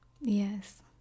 Yes